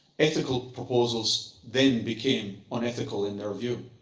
ethical proposals then became unethical, in their view.